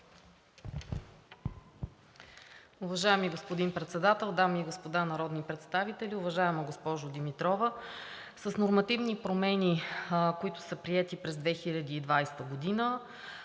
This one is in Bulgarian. Уважаеми господин Председател, дами и господа народни представители! Уважаема госпожо Димитрова, с нормативни промени, които са приети през 2020 г.